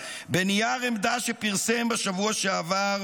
בנייר עמדה שפרסם בשבוע שעבר,